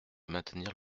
maintenir